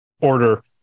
order